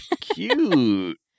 cute